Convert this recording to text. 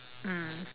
mm